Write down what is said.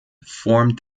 formed